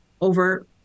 over